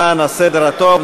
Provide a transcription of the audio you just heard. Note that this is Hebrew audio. למען הסדר הטוב,